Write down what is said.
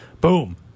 Boom